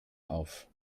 auf